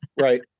right